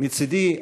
מצדי,